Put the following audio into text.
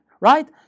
right